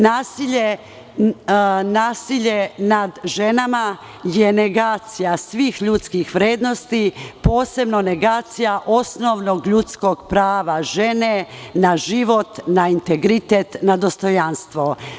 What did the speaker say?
Nasilje nad ženama je negacija svih ljudskih vrednosti, posebno negacija osnovnog ljudskog prava žene na život, na integritet, na dostojanstvo.